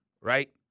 right